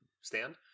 stand